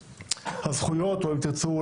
הזכויות או אם תירצו,